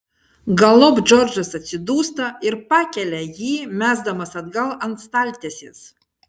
galop džordžas atsidūsta ir pakelia jį mesdamas atgal ant staltiesės